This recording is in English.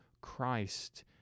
Christ